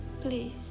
Please